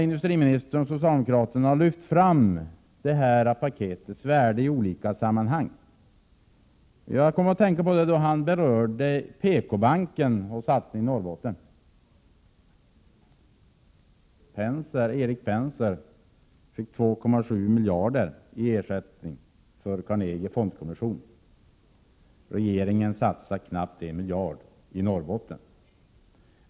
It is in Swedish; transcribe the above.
Industriministern och socialdemokraterna har lyft fram det här paketets värde i olika sammanhang. Jag kom att tänka på det då han berörde PKbanken och satsningen i Norrbotten. Erik Penser fick 2,7 miljarder i ersättning för Carnegie Fondkommission. Regeringen satsar knappt 1 miljard i Norrbotten.